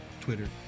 Twitter